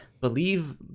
believe